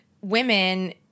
women